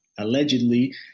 Allegedly